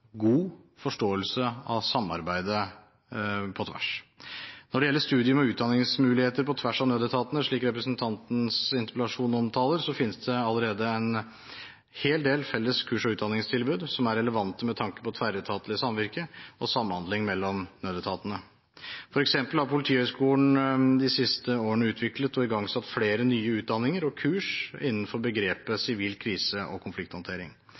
god forståelse av samarbeidet på tvers. Når det gjelder studium og utdanningsmuligheter på tvers av nødetatene, slik representantens interpellasjon omtaler, finnes det allerede en hel del felles kurs og utdanningstilbud som er relevante med tanke på tverretatlig samvirke og samhandling mellom nødetatene. For eksempel har Politihøgskolen de siste årene utviklet og igangsatt flere nye utdanninger og kurs innenfor begrepet «sivil krise- og konflikthåndtering».